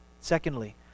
Secondly